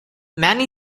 many